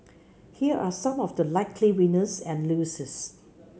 here are some of the likely winners and losers